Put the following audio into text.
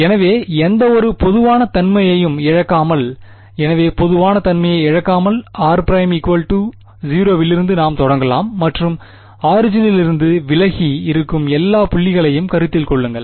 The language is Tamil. எனவே எந்தவொரு பொதுவான தன்மையையும் இழக்காமல் எனவே பொதுவான தன்மையை இழக்காமல் r′ 0 விலிருந்து நாம் தொடங்கலாம் மற்றும் ஆரிஜினிலிருந்து விலகி இருக்கும் எல்லா புள்ளிகளையும் கருத்தில் கொள்ளுங்கள்